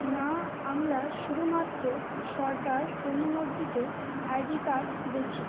না আমরা শুধুমাত্র সরকার অনুমোদিত আইডি কার্ড দেখি